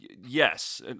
yes